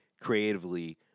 creatively